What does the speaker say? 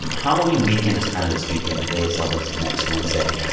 um halloween weekend is kind of this weekend. the day itself is next wednesday.